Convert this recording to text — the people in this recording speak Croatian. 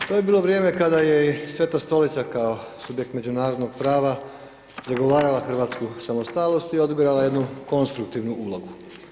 To je bilo vrijeme kada je i Sveta Stolica kao subjekt međunarodnog prava, zagovarala hrvatsku samostalnost i odigrala jednu konstruktivnu ulogu.